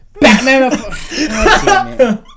Batman